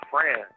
friend